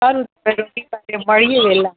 સારું મળીએ વહેલાં